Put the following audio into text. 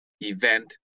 event